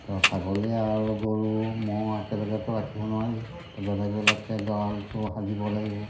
ছাগলীয়ে আৰু গৰু ম'হ একেলগেতো ৰাখিব নোৱাৰি ত' বেলেগ বেলেগকৈ গঁড়ালটো সাজিব লাগিব